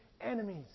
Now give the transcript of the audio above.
enemies